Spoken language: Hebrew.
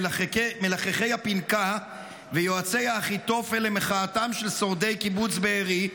מלחכי הפנכה ויועצי אחיתופל על מחאתם של שורדי קיבוץ בארי,